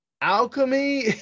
alchemy